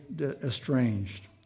estranged